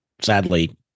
sadly